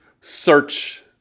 search